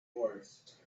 horse